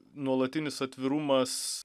nuolatinis atvirumas